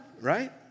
right